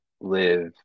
live